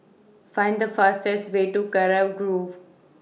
Find The fastest Way to Kurau Grove